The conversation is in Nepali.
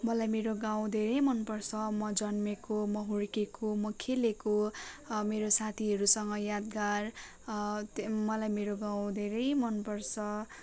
मलाई मेरो गाउँ धेरै मनपर्छ म जन्मेको म हुर्केको म खेलेको मेरो साथीहरूसँग यादगार त मलाई मेरो गाउँ धेरै मनपर्छ